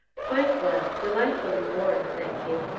quite well, delightfully warm, thank you!